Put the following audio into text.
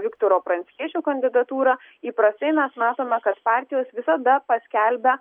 viktoro pranckiečio kandidatūrą įprastai mes matome kad partijos visada paskelbia